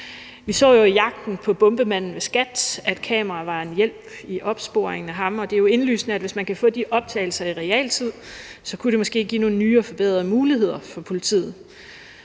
Vi så jo i jagten på bombemanden ved skatteforvaltningen, at kameraer var en hjælp i opsporingen af ham, og det er indlysende, at hvis man kan få de optagelser i realtid, kunne det måske give nogle nye og forbedrede muligheder for politiet.